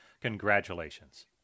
Congratulations